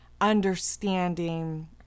understanding